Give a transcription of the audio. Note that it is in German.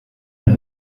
mehr